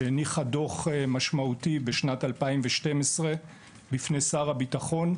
שהניחה דוח משמעותי בשנת 2012 לפני שר הביטחון,